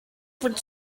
for